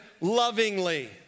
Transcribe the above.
lovingly